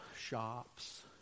Shops